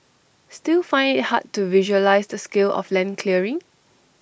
still find IT hard to visualise the scale of land clearing